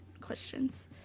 questions